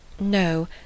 No